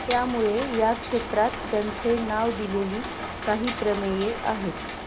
त्यामुळे या क्षेत्रात त्यांचे नाव दिलेली काही प्रमेये आहेत